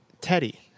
Teddy